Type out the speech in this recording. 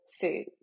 food